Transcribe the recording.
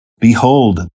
Behold